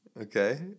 okay